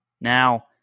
Now